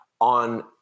on